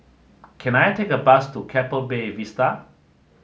can I take a bus to Keppel Bay Vista